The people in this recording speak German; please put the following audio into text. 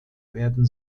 werden